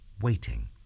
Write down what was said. waiting